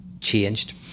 changed